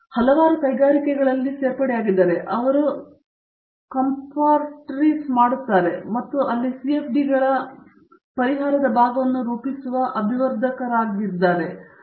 ಅವರು ಹಲವಾರು ಕೈಗಾರಿಕೆಗಳಲ್ಲಿ ಇದ್ದಾರೆ ಅಲ್ಲಿ ಅವರು ಕಂಪಾರ್ಟ್ಯಾರೀಸ್ ಮಾಡುತ್ತಾರೆ ಮತ್ತು ಅಲ್ಲಿ ಸಿಎಫ್ಡಿಗಳ ಪರಿಹಾರದ ಭಾಗವನ್ನು ರೂಪಿಸುವ ಅಥವಾ ಅಭಿವರ್ಧಕರು ಅಥವಾ ಪರೀಕ್ಷೆ ನೋಡುತ್ತಿದ್ದಾರೆ ಇತ್ಯಾದಿ